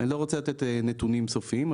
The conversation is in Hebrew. אני לא רוצה לתת נתונים סופיים,